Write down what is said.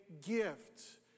gift